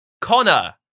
Connor